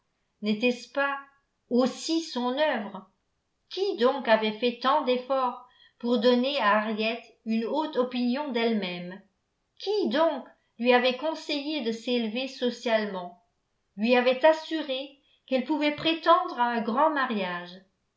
n'était-ce pas aussi son œuvre qui donc avait fait tant d'efforts pour donner à henriette une haute opinion d'elle même qui donc lui avait conseillé de s'élever socialement lui avait assuré qu'elle pouvait prétendre à un grand mariage